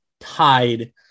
tied